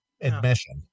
admission